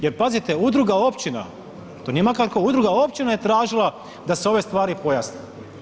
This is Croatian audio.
Jer pazite Udruga općina, to nije ... Udruga općina je tražila da se ove stvari pojasne.